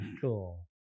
Cool